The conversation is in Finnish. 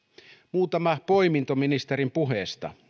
muutama poiminta ministerin puheesta